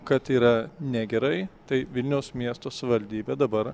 kad yra negerai tai vilniaus miesto savivaldybė dabar